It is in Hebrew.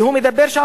והוא אומר שם,